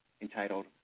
entitled